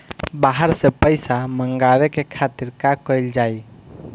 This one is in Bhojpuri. बाहर से पइसा मंगावे के खातिर का कइल जाइ?